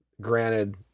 Granted